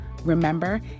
Remember